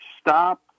stop